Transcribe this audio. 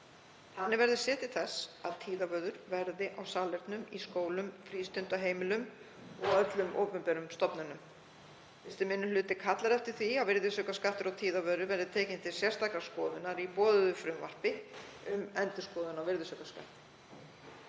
Þannig verði séð til þess að tíðavörur verði á salernum í skólum, á frístundaheimilum og öllum opinberum stofnunum. 1. minni hluti kallar eftir því að virðisaukaskattur á tíðavörum verði tekinn til sérstakrar skoðunar í boðuðu frumvarpi um endurskoðun á virðisaukaskatti.